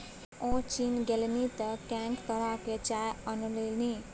ओ चीन गेलनि तँ कैंक तरहक चाय अनलनि